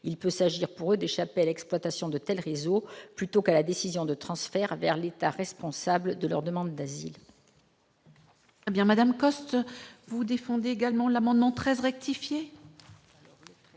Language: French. il peut s'agir pour eux d'échapper à l'exploitation de tels réseaux plutôt qu'à la décision de transfert vers l'État responsable de leur demande d'asile. L'amendement n° 13 rectifié,